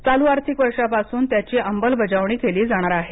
चालू आर्थिक वर्षापासून याची अंमलबजावणी केली जाणार आहे